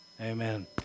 Amen